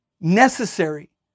necessary